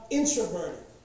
introverted